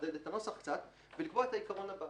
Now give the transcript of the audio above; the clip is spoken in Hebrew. העיקרון הבא: